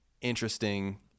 interesting